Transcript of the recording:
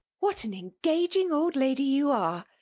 what an engaging old lady you are!